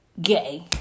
gay